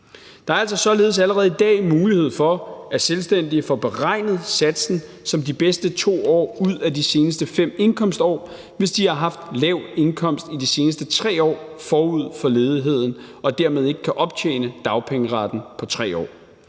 Der er altså således allerede i dag mulighed for, at selvstændige kan få beregnet satsen som de bedste 2 år ud af de seneste 5 indkomstår, hvis de har haft lav indkomst i de seneste 3 år forud for ledigheden og dermed ikke kan optjene dagpengeretten på 3 år.